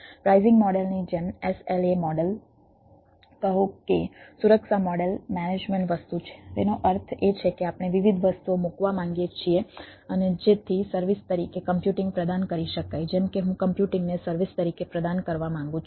pricing મોડેલની જેમ SLA model કહો કે સુરક્ષા મોડેલ મેનેજમેન્ટ વસ્તુ છે તેનો અર્થ એ છે કે આપણે વિવિધ વસ્તુઓ મૂકવા માંગીએ છીએ અને જેથી સર્વિસ તરીકે કમ્પ્યુટિંગ પ્રદાન કરી શકાય જેમ કે હું કમ્પ્યુટિંગને સર્વિસ તરીકે પ્રદાન કરવા માંગું છું